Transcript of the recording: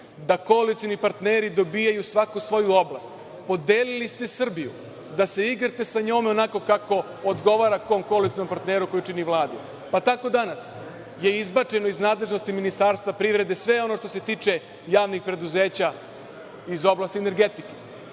da koalicioni partneri dobijaju svako svoju oblast. Podelili ste Srbiju da se igrate sa njom onako kako odgovara kom koalicionom partneru koji čini Vladu. Tako danas je izbačeno iz nadležnosti Ministarstva privrede sve ono što se tiče javnih preduzeća iz oblasti energetike.